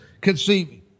conceiving